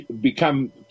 become